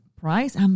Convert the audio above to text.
price